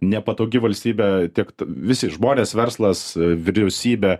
nepatogi valstybė tiek t visi žmonės verslas vyriausybė